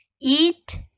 Eat